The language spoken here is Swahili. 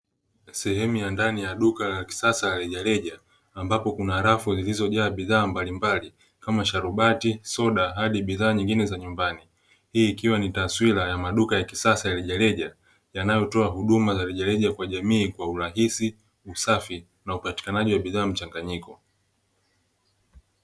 Sehemu ya ndani ya duka ya kisasa ya rejareja ambapo kuna rafu zilizojaa, bidhaa mbalimbali kama sharubati soda hadi bidhaa nyingine za nyumbani. Hii ikiwa ni taswira ya maduka ya kisasa ilija yanayotoa huduma za rejareja, kwa jamii kwa urahisi usafi na upatikanaji wa bidhaa mchanganyiko.